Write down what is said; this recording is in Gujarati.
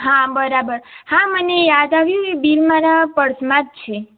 હા બરાબર હા મને યાદ આવ્યું એ બિલ મારા પર્સમાં જ છે